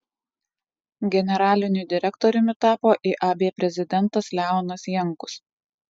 generaliniu direktoriumi tapo iab prezidentas leonas jankus